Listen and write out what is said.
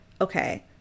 okay